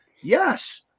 Yes